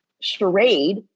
charade